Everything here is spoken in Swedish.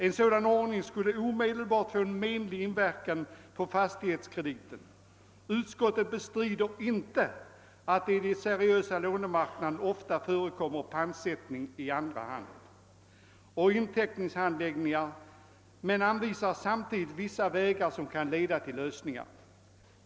En sådan ordning skulle omedelbart få en menlig inverkan på fastighetskrediten. Utskottet bestrider inte att det i den seriösa lånemarknaden ofta förekommer pantsättning i andra hand av inteckningshandlingar men anvisar samtidigt vissa vägar som kan leda till lösningar.